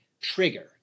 trigger